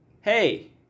hey